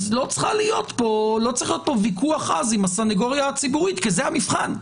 אז לא צריך פה ויכוח עז עם הסניגוריה הציבורית כי זה המבחן,